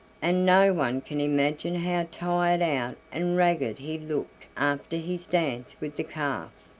and no one can imagine how tired out and ragged he looked after his dance with the calf.